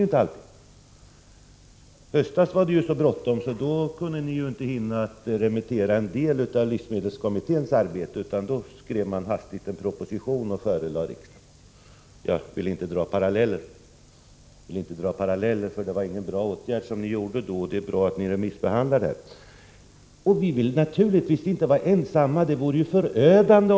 I höstas var det så bråttom att ni inte hann remittera en del av livsmedelskommitténs förslag, utan ni skrev hastigt en proposition som förelades riksdagen. Jag vill dock inte dra några paralleller här. Det var ingen bra åtgärd som då vidtogs, och det är bra att ni remissbehandlar de förslag som nu finns. Vi vill naturligtvis inte vara ensamma om den här kampen.